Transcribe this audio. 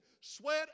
sweat